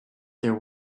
there